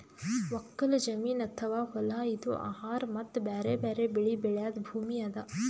ಒಕ್ಕಲ್ ಜಮೀನ್ ಅಥವಾ ಹೊಲಾ ಇದು ಆಹಾರ್ ಮತ್ತ್ ಬ್ಯಾರೆ ಬ್ಯಾರೆ ಬೆಳಿ ಬೆಳ್ಯಾದ್ ಭೂಮಿ ಅದಾ